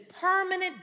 permanent